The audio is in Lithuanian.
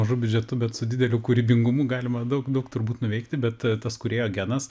mažu biudžetu bet su dideliu kūrybingumu galima daug daug turbūt nuveikti bet tas kūrėjo genas